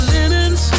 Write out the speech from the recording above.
Linens